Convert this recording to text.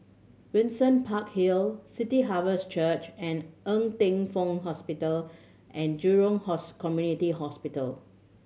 Windsor Park Hill City Harvest Church and Ng Teng Fong Hospital and Jurong Community Hospital